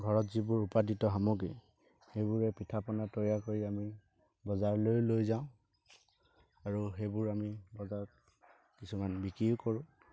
ঘৰত যিবোৰ উৎপাদিত সামগ্ৰী সেইবোৰে পিঠাপনা তৈয়াৰ কৰি আমি বজাৰলৈ লৈ যাওঁ আৰু সেইবোৰ আমি বজাৰত কিছুমান বিক্ৰীও কৰোঁ